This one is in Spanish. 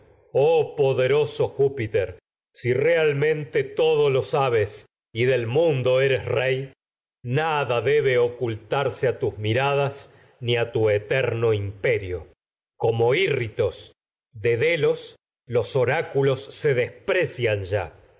oh poderoso júpiter si realmente todo lo sabes y del mun do eres rey nada debe ocultarse a tus miradas ni a tu eterno imperio como írritos de délos los oráculos ya en se desprecian los